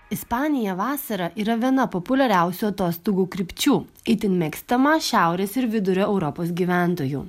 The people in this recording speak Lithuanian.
ispanija vasarą yra viena populiariausių atostogų krypčių itin mėgstama šiaurės ir vidurio europos gyventojų